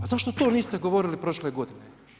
A zašto to niste govorili prošle godine?